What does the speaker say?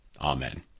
Amen